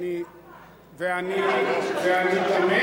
איזה שטויות.